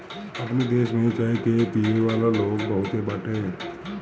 अपनी देश में चाय के पियेवाला लोग बहुते बाटे